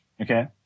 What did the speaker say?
Okay